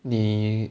你